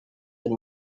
and